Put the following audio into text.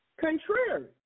Contrary